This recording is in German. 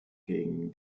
gegen